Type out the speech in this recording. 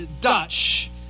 Dutch